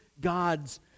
God's